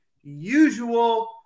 usual